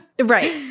Right